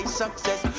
success